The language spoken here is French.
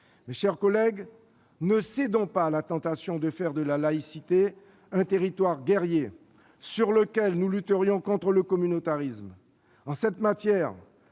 Mes chers collègues, ne cédons pas à la tentation de faire de la laïcité un territoire guerrier sur lequel nous lutterions contre le communautarisme. En la matière,